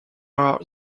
are